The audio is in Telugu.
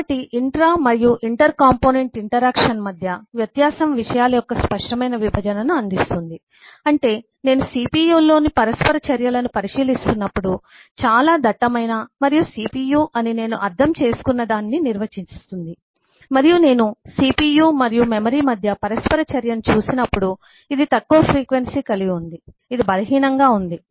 కాబట్టి ఇంట్రా మరియు ఇంటర్ కాంపోనెంట్ ఇంటరాక్షన్ మధ్య వ్యత్యాసం విషయాల యొక్క స్పష్టమైన విభజనను అందిస్తుంది అంటే నేను CPU లోని పరస్పర చర్యలను పరిశీలిస్తున్నప్పుడు చాలా దట్టమైన మరియు CPU అని నేను అర్థం చేసుకున్నదాన్ని నిర్వచిస్తుంది మరియు నేను CPU మరియు మెమరీ మధ్య పరస్పర చర్యను చూసినప్పుడు ఇది తక్కువ ఫ్రీక్వెన్సీ కలిగి ఉంది ఇది బలహీనంగా ఉంది